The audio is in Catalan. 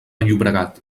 llobregat